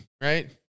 right